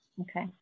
okay